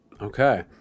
okay